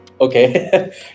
Okay